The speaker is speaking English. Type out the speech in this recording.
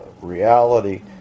Reality